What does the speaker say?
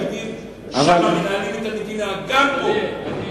הפקידים שמנהלים את המדינה גם רואים.